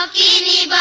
um e but